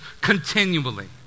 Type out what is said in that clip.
continually